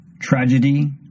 Tragedy